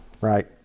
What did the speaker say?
right